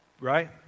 right